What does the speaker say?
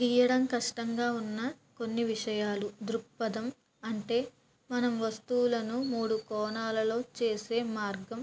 గీయడం కష్టంగా ఉన్న కొన్ని విషయాలు దృక్పథం అంటే మనం వస్తువులను మూడు కోణాలలో చేసే మార్గం